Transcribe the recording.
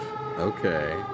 Okay